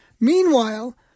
Meanwhile